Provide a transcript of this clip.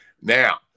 Now